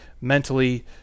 mentally